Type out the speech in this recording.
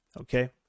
Okay